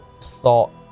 thought